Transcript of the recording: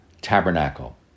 tabernacle